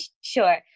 Sure